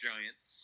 Giants